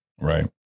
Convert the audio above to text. Right